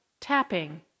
tapping